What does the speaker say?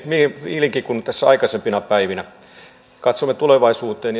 fiilinki kuin tässä aikaisempina päivinä katsomme tulevaisuuteen